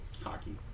Hockey